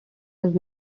was